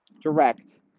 direct